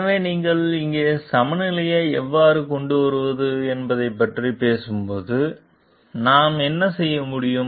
எனவே நீங்கள் இங்கே சமநிலையை எவ்வாறு கொண்டு வருவது என்பதைப் பற்றி பேசும் போது நாம் என்ன செய்ய முடியும்